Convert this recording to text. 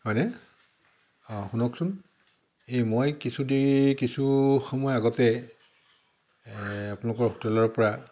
হয়নে অঁ শুনকচোন এই মই কিছু দেৰি কিছু সময় আগতে আপোনালোকৰ হোটেলৰ পৰা